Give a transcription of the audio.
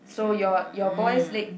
so your your boys leg